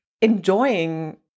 enjoying